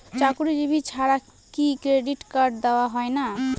চাকুরীজীবি ছাড়া কি ক্রেডিট কার্ড দেওয়া হয় না?